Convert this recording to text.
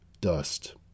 dust